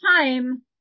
time